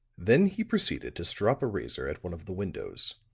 then he proceeded to strop a razor at one of the windows.